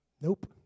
Nope